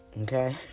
Okay